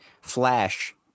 flash